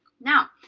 now